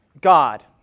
God